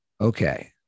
okay